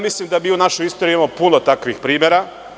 Mislim da mi u našoj istoriji imamo puno takvih primera.